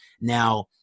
Now